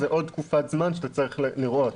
זו עוד תקופת זמן שצריך לראות.